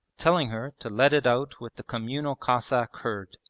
telling her to let it out with the communal cossack herd.